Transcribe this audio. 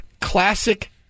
classic